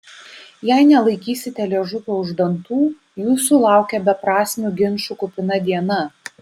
jei nelaikysite liežuvio už dantų jūsų laukia beprasmių ginčų kupina diena